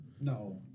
No